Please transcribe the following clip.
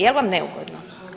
Je li vam neugodno?